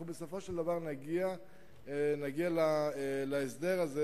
אנחנו בסופו של דבר נגיע להסדר הזה,